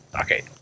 Okay